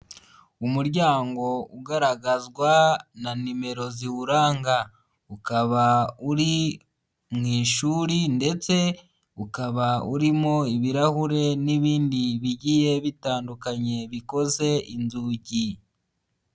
Umuryango ugaragazwa na nimero ziwuranga, ukaba uri mu ishuri ndetse ukaba urimo ibirahure n'ibindi bigiye bitandukanye bikoze inzugi.